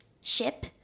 ship